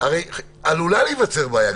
הרי עלולה להיווצר בעיה.